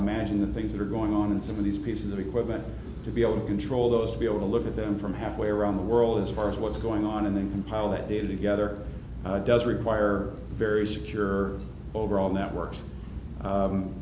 imagine the things that are going on in some of these pieces of equipment to be able to control those to be able to look at them from halfway around the world as far as what's going on and then compile that data together does require very secure overall networks